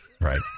right